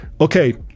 Okay